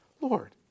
Lord